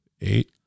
Eight